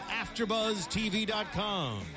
AfterBuzzTV.com